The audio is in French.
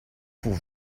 pour